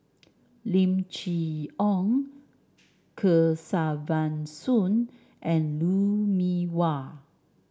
Lim Chee Onn Kesavan Soon and Lou Mee Wah